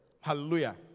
Hallelujah